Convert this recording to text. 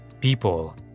People